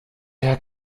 wer